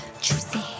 Juicy